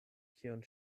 kion